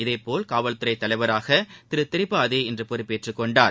இதேபோல் காவல்துறை தலைவராக திரு திரிபாதி இன்று பொறுப்பேற்றுக் கொண்டார்